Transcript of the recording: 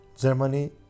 Germany